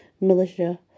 Militia